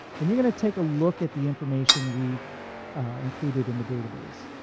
and you're going to take a look at the information we've included in the database,